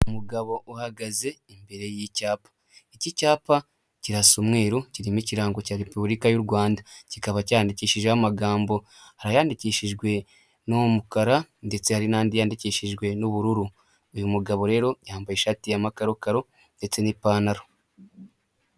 Umugabo uhagaze imbere y'icyapa, iki cyapa kirasa umweru kirimo ikirango cya repuburika y'u Rwanda, kikaba cyandikishijeho amagambo, hari ayandikishijwe n'umukara ndetse hari n'andi yandikishijwe n'ubururu, uyu mugabo rero yambaye ishati y'amakarokaro ndetse n'ipantaro.